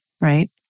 right